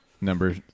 Number